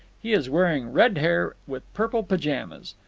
he is wearing red hair with purple pyjamas.